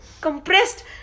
compressed